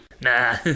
Nah